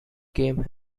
game